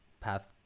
path